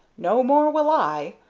no more will i,